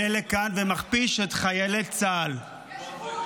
באיזו זכות אתם תגידו שבעזה עושים טבח?